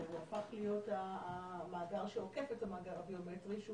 שהוא הפך להיות המאגר שעוקף את המאגר הביומטרי,